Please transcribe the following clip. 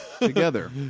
together